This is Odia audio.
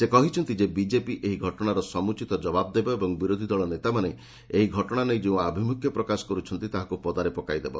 ସେ କହିଛନ୍ତି ଯେ ବିଜେପି ଏହି ଘଟଣାର ସମ୍ମଚିତ ଜବାବ ଦେବ ଏବଂ ବିରୋଧୀଦଳ ନେତାମାନେ ଏହି ଘଟଣା ନେଇ ଯେଉଁ ଆଭିମୁଖ୍ୟ ପ୍ରକାଶ କରୁଛନ୍ତି ତାହାକୁ ପଦାରେ ପକାଇଦେବ